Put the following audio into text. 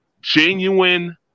genuine